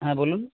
হ্যাঁ বলুন